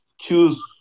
choose